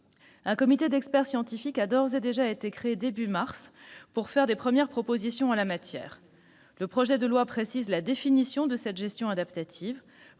Un comité d'experts scientifiques a été créé au début du mois de mars pour faire des propositions en la matière. Le projet de loi précise la définition de cette gestion adaptative